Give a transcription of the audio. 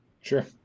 Sure